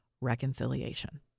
Reconciliation